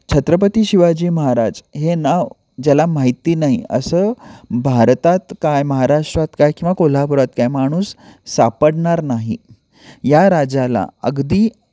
छत्रपती शिवाजी महाराज हे नाव ज्याला माहिती नाही असं भारतात काय महाराष्ट्रात काय किंवा कोल्हापूरात काय माणूस सापडणार नाही या राजाला अगदी